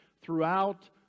throughout